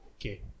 Okay